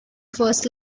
first